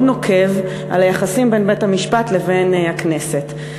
נוקב על היחסים בין בית-המשפט לבין הכנסת,